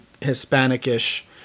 Hispanic-ish